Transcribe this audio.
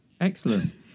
excellent